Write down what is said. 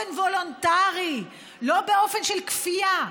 באופן וולונטרי, לא בכפייה.